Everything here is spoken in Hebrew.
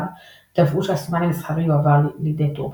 תבעו שהסימן המסחרי יועבר לידי טורבאלדס,